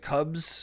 Cubs